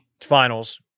Finals